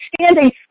standing